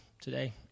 today